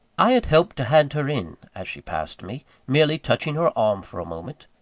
i had helped to hand her in, as she passed me merely touching her arm for a moment.